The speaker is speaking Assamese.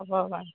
হ'ব বাৰু